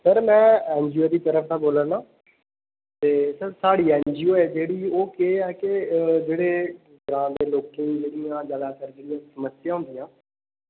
sir में N G O दी तरफ दा बोला ना ते सर साढ़ी एन जी ओ ऐ जेह्ड़ी ओह् केह् ऐ कि जेह्ड़े ग्रां दे लोकें ई जेह्ड़ियां चला करदियां समस्या होंदियां